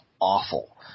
awful